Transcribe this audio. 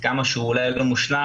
גם אם אינו מושלם,